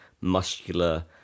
muscular